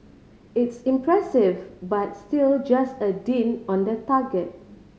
it's impressive but still just a dint on the target